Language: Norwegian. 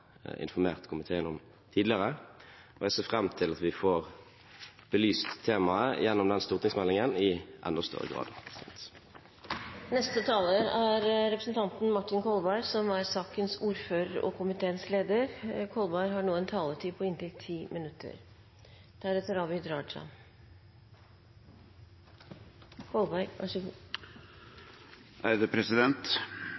informert komiteen om tidligere, og jeg ser fram til at vi får belyst temaet gjennom den stortingsmeldingen i enda større grad. Jeg vil begynne med det som flere har vært inne på, og som jeg også la vekt på